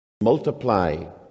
multiply